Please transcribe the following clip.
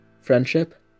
friendship